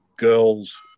girls